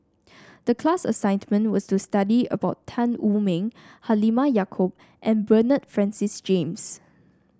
the class assignment was to study about Tan Wu Meng Halimah Yacob and Bernard Francis James